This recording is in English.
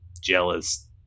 jealous